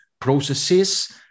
processes